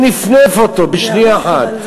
הוא נפנף אותו בשנייה אחת,